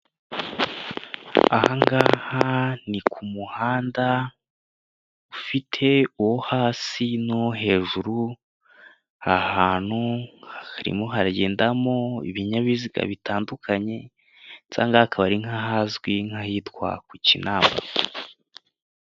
Aha ngaha ni ku muhanda ufite uwo hasi n'uwo hejuru, ahantu harimo haragendamo ibinyabiziga bitandukanye ndetse aha ngaha akaba ari nk'ahazwi nk'ahitwa ku Kinanamba.